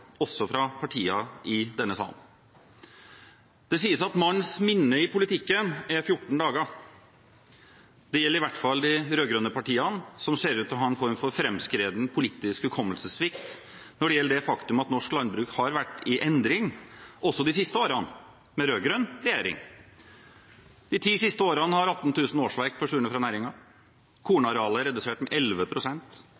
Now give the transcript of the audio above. også fra partier i denne salen. Det sies at manns minne i politikken er 14 dager. Det gjelder iallfall de rød-grønne partiene, som ser ut til å ha en form for framskreden politisk hukommelsessvikt når det gjelder det faktum at norsk landbruk har vært i endring, også de siste årene, med rød-grønn regjering. De ti siste årene har 18 000 årsverk forsvunnet fra